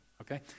Okay